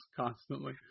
constantly